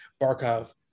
Barkov